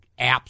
apps